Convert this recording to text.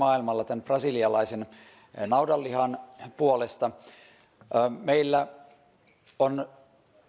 maailmalla tämän brasilialaisen naudanlihan osalta meillä on